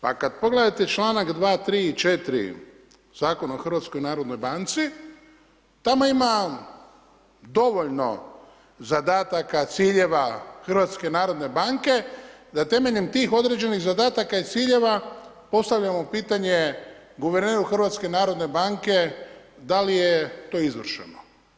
Pa gad pogledate čl. 2., 3. i 4. Zakona o HNB-u, tamo ima dovoljno zadataka, ciljeva HNB-a da temeljem tih određenih zadataka i ciljeva postavljamo pitanje guverneru HNB-a da li je to izvršeno.